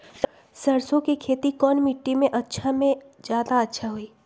सरसो के खेती कौन मिट्टी मे अच्छा मे जादा अच्छा होइ?